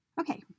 Okay